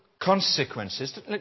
consequences